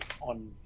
on